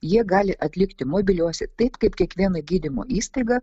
jie gali atlikti mobiliuose taip kaip kiekviena gydymo įstaiga